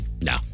No